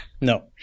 No